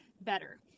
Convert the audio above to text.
better